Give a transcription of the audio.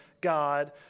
God